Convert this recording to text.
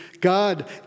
God